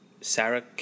Sarah